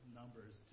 numbers